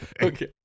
okay